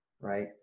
right